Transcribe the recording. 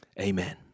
Amen